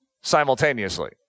simultaneously